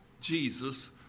Jesus